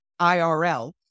IRL